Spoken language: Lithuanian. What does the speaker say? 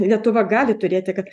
lietuva gali turėti kad